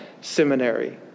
seminary